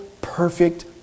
perfect